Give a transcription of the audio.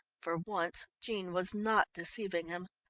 for once jean was not deceiving him.